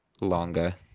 longer